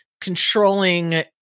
controlling